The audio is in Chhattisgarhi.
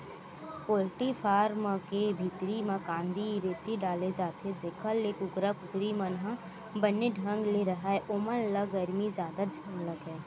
पोल्टी फारम के भीतरी म कांदी, रेती डाले जाथे जेखर ले कुकरा कुकरी मन ह बने ढंग ले राहय ओमन ल गरमी जादा झन लगय